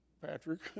Patrick